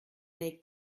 make